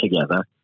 together